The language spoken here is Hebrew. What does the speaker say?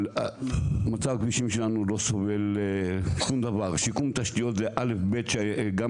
אבל מצב הכבישים שלנו שיקום תשתיות זה אלף-בית שגם